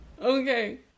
Okay